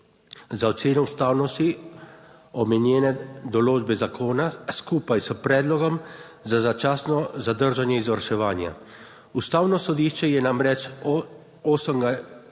za oceno ustavnosti omenjene določbe zakona, skupaj s predlogom za začasno zadržanje izvrševanja. Ustavno sodišče je namreč 8.